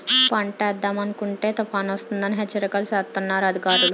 పంటేద్దామనుకుంటే తుపానొస్తదని హెచ్చరికలు సేస్తన్నారు అధికారులు